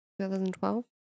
2012